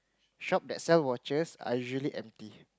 shop that sell watches are usually empty